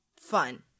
fun